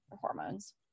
hormones